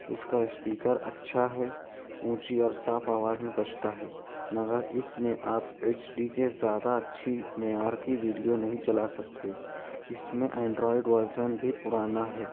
اس کا اسپیکر اچھا ہے اونچی اور صاف آواز میں بجتا ہے مگر اس میں آپ ایچ ڈی کے زیادہ اچھی معیار کی ویڈیو نہیں چلا سکتے اس میں انڈرائڈ ورزن بھی پرانا ہے